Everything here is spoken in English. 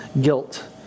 guilt